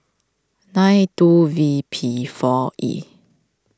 nine two V P four E